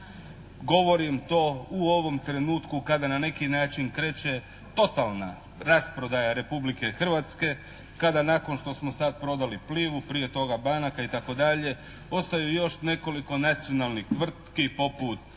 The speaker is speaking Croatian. govorim to u ovom trenutku kada na neki način kreće totalna rasprodaja Republike Hrvatske. Kada nakon što smo sad prodali Pliva-u, prije toga banaka i tako dalje, ostaju još nekoliko nacionalnih tvrtki poput INA-e.